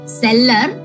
seller